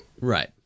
Right